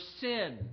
sin